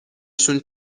شون